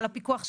על הפיקוח שלהם.